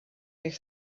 eich